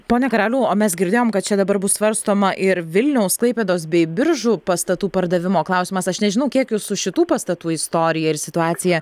pone karaliau o mes girdėjom kad čia dabar bus svarstoma ir vilniaus klaipėdos bei biržų pastatų pardavimo klausimas aš nežinau kiek jūs su šitų pastatų istorija ir situacija